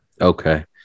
Okay